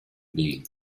being